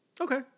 Okay